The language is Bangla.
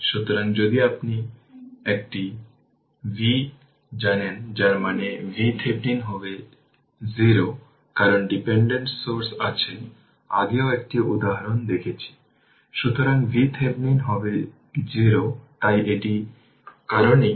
সুতরাং আমরা যাকে ইন্ডাকট্যান্স বলি তার একটি ইকুইভ্যালেন্ট হল 4 হেনরি প্যারালেল ইকুইভ্যালেন্ট হল 4 হেনরি এবং এটি হল vt এবং এটি কারেন্ট i3